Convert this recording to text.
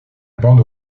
bande